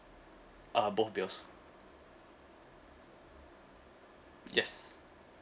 uh both bills yes